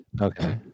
Okay